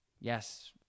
Yes